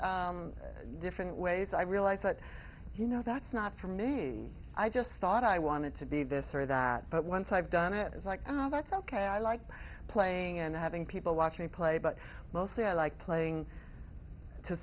different ways i realized but you know that's not for me i just thought i wanted to be this or that but once i've done it is like oh that's ok i like playing and having people watch me play but mostly i like playing to